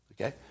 Okay